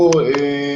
הוא לא במקום.